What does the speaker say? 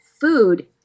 food